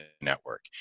network